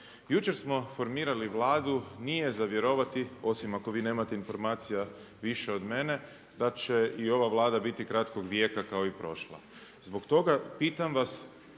Jučer smo formirali Vladu, nije za vjerovati, osim ako vi nemate informacija više od mene, da će i ova Vlada biti kratkog vijeka kao i prošla. Zbog toga pitam vas